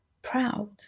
Proud